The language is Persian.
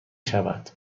شود